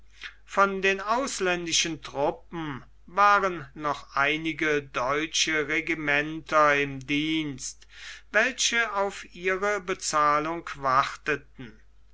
von den ausländischen truppen waren noch einige deutsche regimenter im dienst welche auf ihre bezahlung warteten